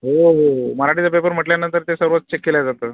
हो हो हो मराठीचा पेपर म्हटल्यानंतर ते सर्वच चेक केलं जातं